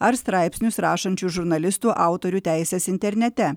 ar straipsnius rašančių žurnalistų autorių teises internete